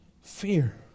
fear